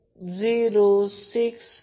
तर आपण ते करू